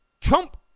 Trump